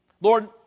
Lord